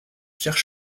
pierre